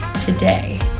today